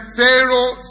Pharaoh